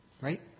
Right